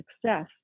success